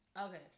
okay